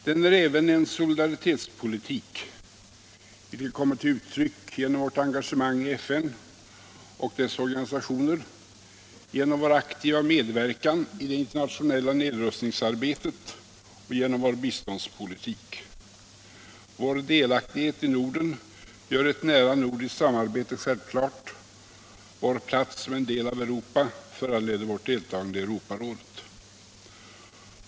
Den är även en solidaritetspolitik vilken kommer till uttryck genom vårt engagemang i FN och dess organisationer, genom vår aktiva medverkan i det internationella nedrustningsarbetet och genom vår biståndspolitik. Vår delaktighet i Norden gör ett nära nordiskt samarbete självklart, vår plats som en del av Europa föranleder vårt deltagande i Europarådet.